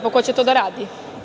Ko će to da radi?